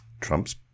Trump's